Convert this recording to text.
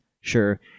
sure